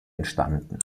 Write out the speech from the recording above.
entstanden